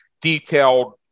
detailed